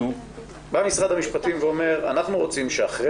משרד המשפטים אומר: אנחנו רוצים שאחרי